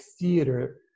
theater